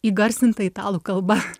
įgarsintą italų kalba